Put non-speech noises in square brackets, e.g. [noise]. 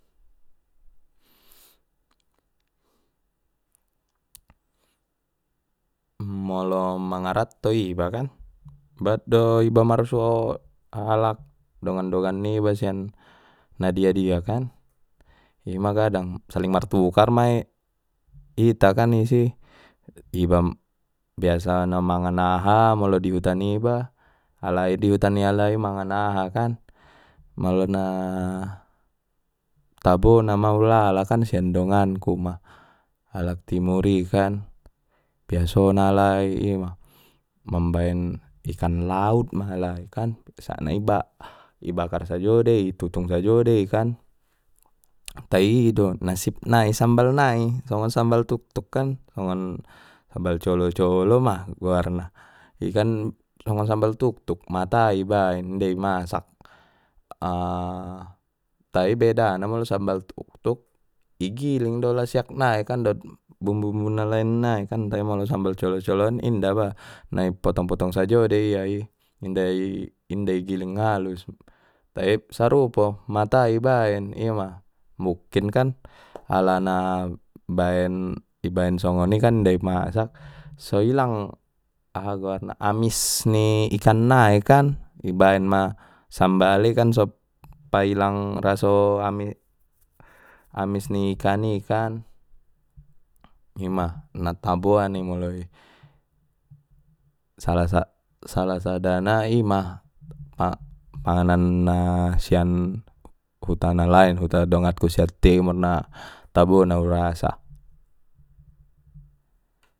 Molo mangaratto iba kan bahat do iba marsuo alak dongan-dongan niba sian na dia dia kan ima kadang saling martukar ma ita kan isi iba biasana mangan aha molo dihuta niba alai di huta ni alai mangan aha kan molo na tabo na ma ulala kan sian donganku ma alak timur i kan biasona alai ima mambaen ikan laut ma alai kan sak na iba ibakar sajo dei itutung sajo dei kan tai ido na sip nai sambal nai songon sambal tutuk kan songon sambal colo-colo ma goarna i kan songon sambal tuktuk ma tai ibaen inda i masak [hesitation] tai bedana molo sambal tuktuk igiling do lasiaknai kan dot bumbu na lain nai kan tai molo sambal colo-colo on inda ba nai potong potong sajo de ia i inda i inda i giling halus tai sarupo mata i baen ima mukkin kan alana baen ibaen songoni kan inda imasak soilang aha goarna amis ni ikan nai kan ibaen ma sambali kan pailang raso amis-amis ni ikan i kan ima na taboan i molo i salah sa-salah sadana ima panganan na-na sian huta na lain huta donganku sian timur na tabona urasa.